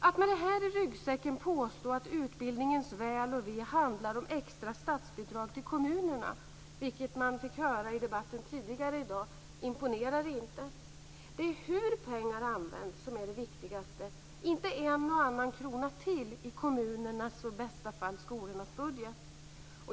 Att med detta i ryggsäcken påstå att utbildningens väl och ve handlar om extra statsbidrag till kommunerna, vilket vi fick höra i debatten tidigare i dag, imponerar inte. Det är hur pengar används som är det viktigaste, inte en och annan krona till i kommunernas och i bästa fall skolornas budget.